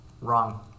Wrong